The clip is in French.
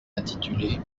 intitulé